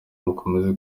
mukomeze